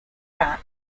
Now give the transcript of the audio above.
pratt